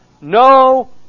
No